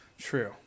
True